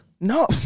No